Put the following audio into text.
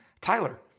Tyler